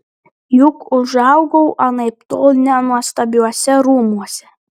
juk užaugau anaiptol ne nuostabiuose rūmuose